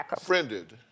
friended